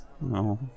no